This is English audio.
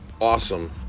Awesome